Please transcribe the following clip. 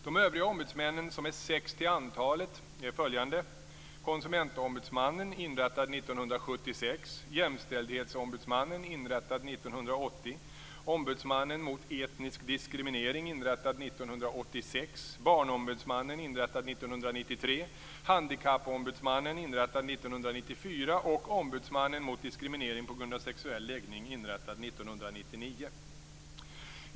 De övriga ombudsmännen, som är sex till antalet, är följande: Konsumentombudsmannen, inrättad 1976, Jämställdhetsombudsmannen, inrättad 1980, Ombudsmannen mot etnisk diskriminering, inrättad 1986, Barnombudsmannen, inrättad 1993, Handikappombudsmannen, inrättad 1994 och Ombudsmannen mot diskriminering på grund av sexuell läggning, inrättad 1999.